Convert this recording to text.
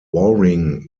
waring